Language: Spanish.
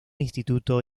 instituto